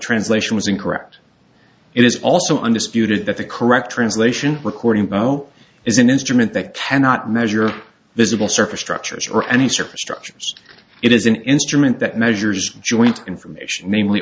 translation was incorrect it is also undisputed that the correct translation recording vo is an instrument that cannot measure visible surface structures or any surface structures it is an instrument that measures joint information